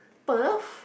Perth